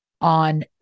On